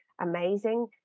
amazing